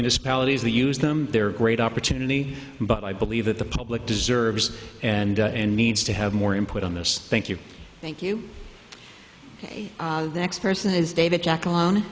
municipalities they use them they're great opportunity but i believe that the public deserves and and needs to have more input on this thank you thank you next person is david jack alone